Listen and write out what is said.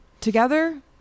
Together